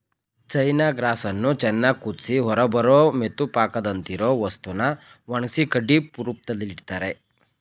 ಚೈನ ಗ್ರಾಸನ್ನು ಚೆನ್ನಾಗ್ ಕುದ್ಸಿ ಹೊರಬರೋ ಮೆತುಪಾಕದಂತಿರೊ ವಸ್ತುನ ಒಣಗ್ಸಿ ಕಡ್ಡಿ ರೂಪ್ದಲ್ಲಿಡ್ತರೆ